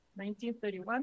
1931